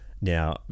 now